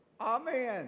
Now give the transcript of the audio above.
amen